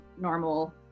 normal